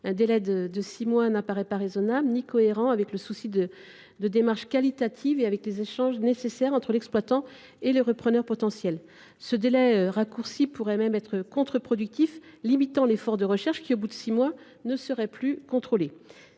Un délai de six mois ne paraît ni raisonnable ni cohérent avec le souci de démarches qualitatives et avec les échanges nécessaires entre l’exploitant et les repreneurs potentiels. Ce délai raccourci pourrait même être contre productif, limitant l’effort de recherche qui, au bout de six mois, ne serait plus contrôlé.